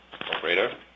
Operator